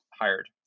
hired